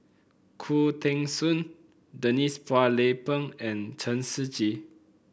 Khoo Teng Soon Denise Phua Lay Peng and Chen Shiji